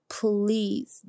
Please